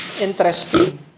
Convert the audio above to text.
interesting